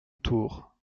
tour